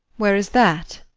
where is that?